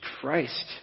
Christ